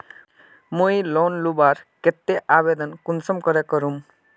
मुई लोन लुबार केते आवेदन कुंसम करे करूम?